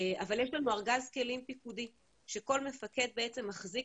אבל יש לנו ארגז כלים פיקודי שכל מפקד בעצם מחזיק